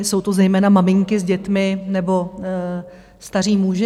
Jsou to zejména maminky s dětmi nebo staří muži.